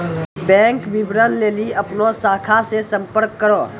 bank विबरण लेली अपनो शाखा से संपर्क करो